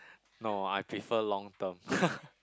no I prefer long term